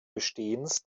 bestehens